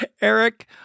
Eric